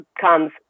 comes